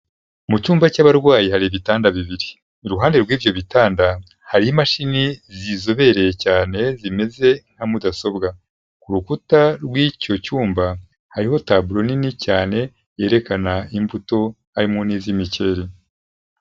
Mu cyumba cy'abarwayi hari ibitanda bibiri, iruhande rw'ibyo bitanda hari imashini zizobereye cyane zimeze nka mudasobwa, ku rukuta rw'icyo cyumba hariho taburo nini cyane yerekana imbuto harimo n'iz'imikeri.